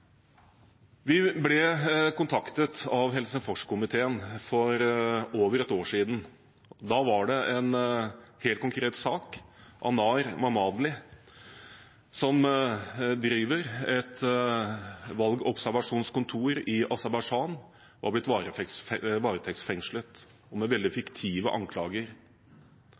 Vi ble kontaktet av Helsingforskomiteen for over ett år siden. Da gjaldt det en helt konkret sak. Anar Mammadli, som driver et valgobservasjonskontor i Aserbajdsjan, var blitt varetektsfengslet og med veldig